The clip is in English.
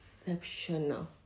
exceptional